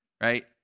right